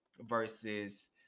versus